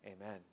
Amen